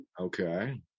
Okay